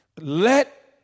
Let